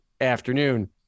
afternoon